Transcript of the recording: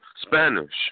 Spanish